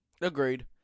Agreed